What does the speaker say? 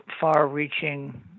far-reaching